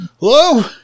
Hello